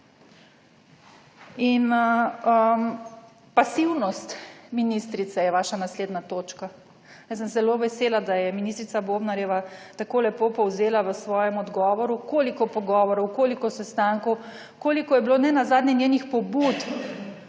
In pasivnost ministrice je vaša naslednja točka. Jaz sem zelo vesela, da je ministrica Bobnarjeva tako lepo povzela v svojem odgovoru. Koliko pogovorov, koliko sestankov, koliko je bilo nenazadnje njenih pobud